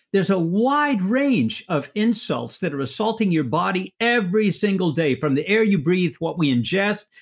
there's a wide range of insults that are assaulting your body every single day. from the air you breathe, what we ingest,